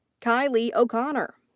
kylie o'connor.